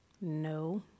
No